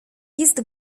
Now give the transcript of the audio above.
jest